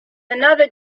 another